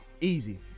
Easy